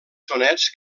sonets